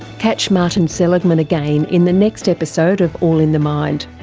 catch martin seligman again in the next episode of all in the mind.